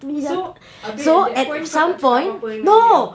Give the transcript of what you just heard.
so abeh at that point kau tak cakap apa-apa dengan dia